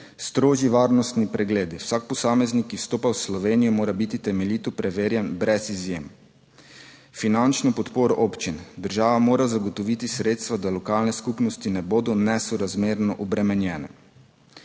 Strožji varnostni pregledi, vsak posameznik, ki vstopa v Slovenijo, mora biti temeljito preverjen brez izjem. Finančno podporo občin, država mora zagotoviti sredstva, da lokalne skupnosti ne bodo nesorazmerno obremenjene.